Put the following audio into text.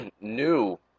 new